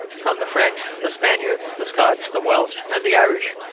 from the french, the spanish, the scotch, the welsh and the irish.